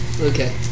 Okay